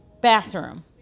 bathroom